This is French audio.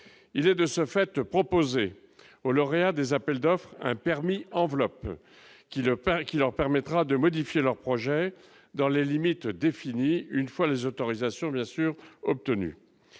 il est de ce fait, de proposer aux lauréats des appels d'offres un permis enveloppe qui le pain qui leur permettra de modifier leurs projets dans les limites définies une fois les autorisations bien sûr obtenus